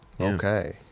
okay